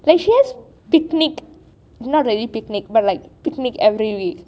then she has picnic not really picnic but like picnic every week